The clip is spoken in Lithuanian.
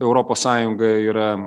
europos sąjungoje yra